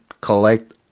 collect